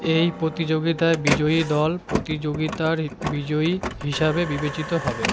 এই প্রতিযোগিতায় বিজয়ী দল প্রতিযোগিতার বিজয়ী হিসাবে বিবেচিত হবে